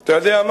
אתה יודע מה?